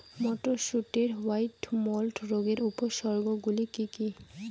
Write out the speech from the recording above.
মটরশুটির white mould রোগের উপসর্গগুলি কী কী?